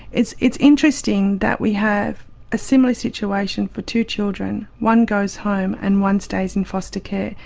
it's it's interesting that we have a similar situation for two children one goes home and one stays in foster care.